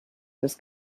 des